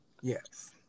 Yes